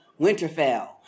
Winterfell